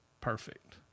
perfect